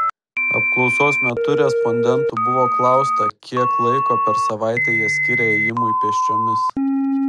apklausos metu respondentų buvo klausta kiek laiko per savaitę jie skiria ėjimui pėsčiomis